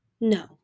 No